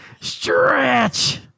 Stretch